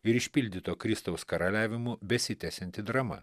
ir išpildyto kristaus karaliavimu besitęsianti drama